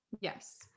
Yes